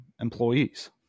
employees